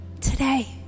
Today